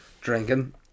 drinking